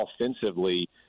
offensively